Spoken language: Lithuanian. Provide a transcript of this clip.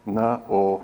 na o